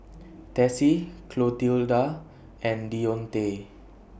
Tessie Clotilda and Deontae